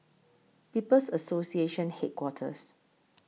People's Association Headquarters